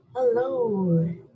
Hello